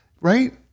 right